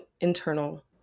internal